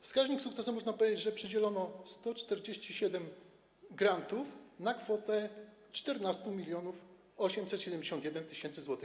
Wskaźnik sukcesu: można powiedzieć, że przydzielono 147 grantów na kwotę 14 871 tys. zł.